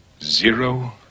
Zero